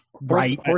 Right